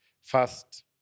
first